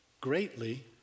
greatly